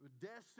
destined